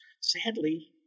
sadly